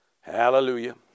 Hallelujah